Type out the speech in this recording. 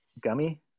gummy